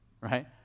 Right